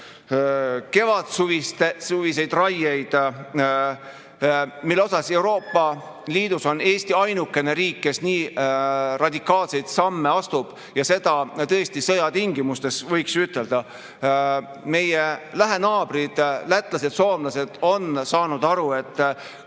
kevadsuviseid raieid. Euroopa Liidus on Eesti ainukene riik, kes nii radikaalseid samme astub, ja seda tõesti sõjatingimustes, võiks ütelda. Meie lähinaabrid lätlased ja soomlased on saanud aru, et